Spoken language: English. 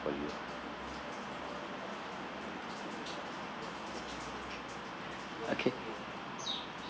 for you okay